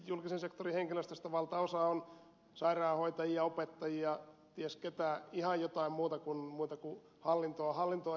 julkisen sektorin henkilöstöstä valtaosa on sairaanhoitajia opettajia ties keitä ihan jotain muuta kuin hallintoa